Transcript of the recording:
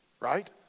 right